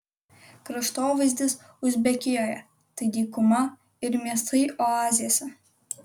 kraštovaizdis uzbekijoje tai dykuma ir miestai oazėse